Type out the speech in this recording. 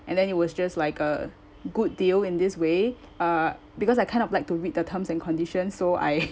and then it was just like a good deal in this way uh because I kind of like to read the terms and conditions so I